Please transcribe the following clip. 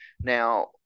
Now